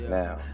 now